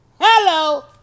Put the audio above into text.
Hello